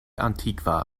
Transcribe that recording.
antikva